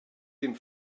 dem